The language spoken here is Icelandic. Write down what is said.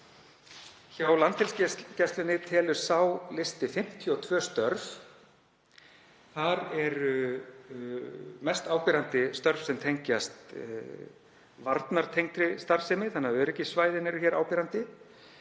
Hjá Landhelgisgæslunni telur sá listi 52 störf. Þar eru mest áberandi störf sem tengjast varnartengdri starfsemi þannig að öryggissvæðin eru áberandi,